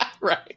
right